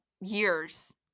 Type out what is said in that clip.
years